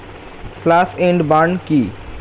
Slash and burn কি?